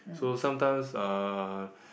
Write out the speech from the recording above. so sometimes uh